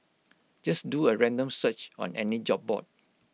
just do A random search on any job board